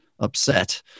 upset